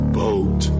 boat